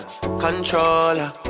controller